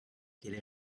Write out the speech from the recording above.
qu’elle